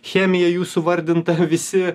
chemija jūsų vardinta visi